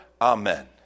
Amen